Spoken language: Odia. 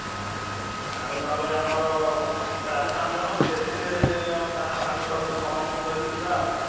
ଆଉ ନହେଲେ ଆମର ଚାରି ପାଞ୍ଚ ଜଣ ଯେତେ ଆମ ସାଙ୍ଗ ସବୁ ସମସ୍ତଙ୍କୁ ଧରିକି ଯିବା ଆଉ